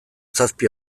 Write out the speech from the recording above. zazpi